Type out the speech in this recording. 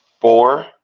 four